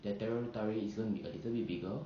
their territory is gonna be a little bit bigger